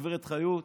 גב' חיות,